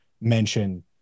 mention